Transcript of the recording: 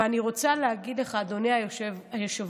ואני רוצה להגיד לך, אדוני היושב-ראש: